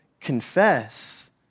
confess